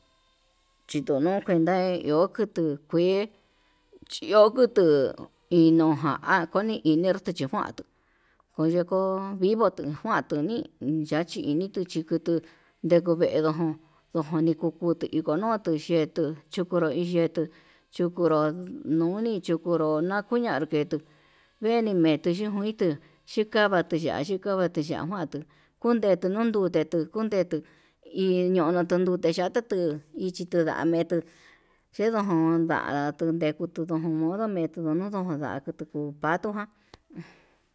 Chitonuu kuenta iho kutuu kue xhio kutuu, inuu ján koni inerte chikuanduu konyeko vivo tu njuanduu ni'í niyachi inituu kutuu ndekundeduu jún, ndojo ni kukutu ndinono tuu yetuu chukunro yetuu, chukunro nuni chukunro nakuña ketuu kueni meti xhikuitu chikavati ya'a chikavati ya'a kuaró kundetuu nundute tuu kundetu, iñotu tundute ya'a ndetuu ichi ntundame'e chetuu yendojón nda'a ndundekutu jun modo metuu nondon ndakutu kuu panduján.